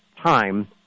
time